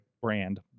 brand